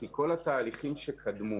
כי כל התהליכים שקדמו,